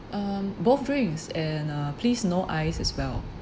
um both drinks and uh please no ice as well